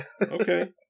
Okay